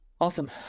Awesome